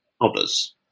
others